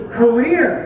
career